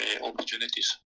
opportunities